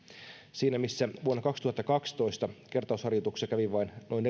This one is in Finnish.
siinä missä vuonna kaksituhattakaksitoista kertausharjoituksissa kävi vain noin